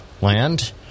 land